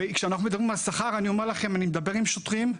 כשמדברים על שכר, אני מדבר עם שוטרים.